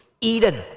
Eden